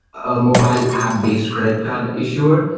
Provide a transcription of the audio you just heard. a mobile app based credit card issuer.